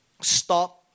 Stop